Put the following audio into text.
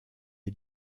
est